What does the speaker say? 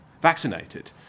vaccinated